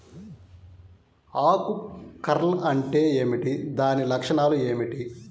ఆకు కర్ల్ అంటే ఏమిటి? దాని లక్షణాలు ఏమిటి?